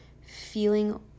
feeling